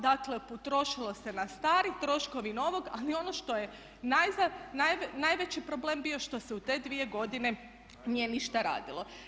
Dakle, potrošilo se na stari, troškovi novog a ni ono što je najveći problem bio što se u te dvije godine nije ništa radilo.